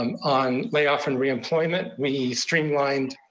um on layoff and reemployment, we streamlined